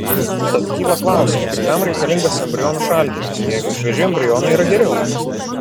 tad kyla klausimas kam reikalingas embrionų šaldymas jeigu švieži embrionai yra geriau